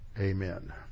Amen